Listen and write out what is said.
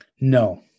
No